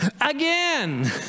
Again